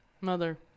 Mother